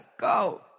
go